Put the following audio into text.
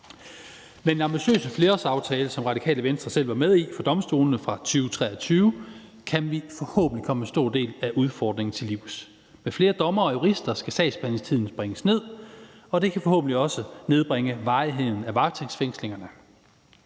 om domstolene fra 2023, som Radikale Venstre selv var med i, kan vi forhåbentlig komme en stor del af udfordringerne til livs. Med flere dommere og jurister skal sagsbehandlingstiden bringes ned, og det kan forhåbentlig også nedbringe varigheden af varetægtsfængslingerne.